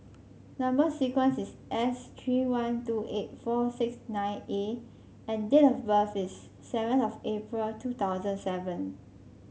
number sequence is S three one two eight four six nine A and date of birth is seven of April two thousand seven